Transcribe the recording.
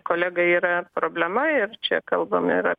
kolega yra problema ir čia kalbam ir